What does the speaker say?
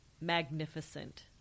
magnificent